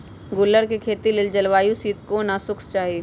गुल्लर कें खेती लेल जलवायु शीतोष्ण आ शुष्क चाहि